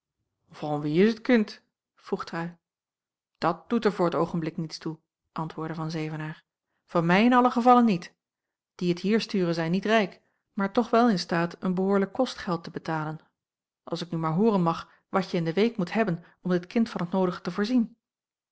wie is het kind vroeg trui dat doet er voor t oogenblik niets toe antwoordde van zevenaer van mij in allen gevalle niet die het hier sturen zijn niet rijk maar toch wel in staat een behoorlijk kostgeld te betalen als ik nu maar hooren mag watje in de week moet hebben om dit kind van het noodige te voorzien